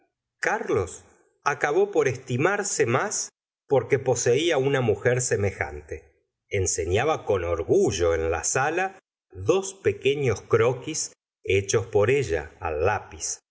carlos acabó por estimarse mis porque poseía una mujer semejante enseñaba con orgullo en la sala dos pequeños croquis hechos por ella al lápiz